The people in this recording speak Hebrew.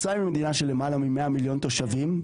מצרים היא מדינה של למעלה מ-100 מיליון תושבים.